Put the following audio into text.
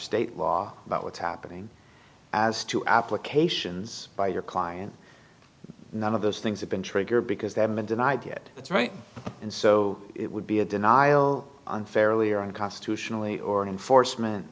state law about what's happening as two applications by your client none of those things have been triggered because they haven't been denied yet that's right and so it would be a denial unfairly or on constitutionally or enforcemen